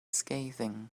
scathing